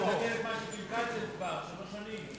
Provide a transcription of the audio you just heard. לתקן את מה שקלקלתם כבר שלוש שנים,